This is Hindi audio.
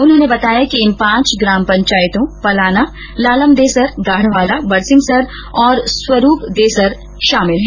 उन्होंने बताया कि इन पांच ग्राम पंचायतों पलाना लालमदेसर गाढ़वाला बरसिंहसर और स्वरूप देसर शामिल हैं